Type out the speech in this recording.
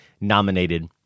nominated